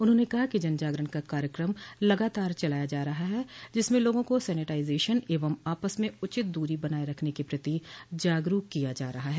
उन्होंने कहा कि जनजागरण का कार्यक्रम लगातार चलाया जा रहा है जिसमें लोगों को सैनेटाइजेशन एवं आपस में उचित दूरी बनाये रखने के प्रति जागरूक किया जा रहा हैं